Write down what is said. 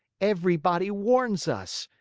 everybody warns us.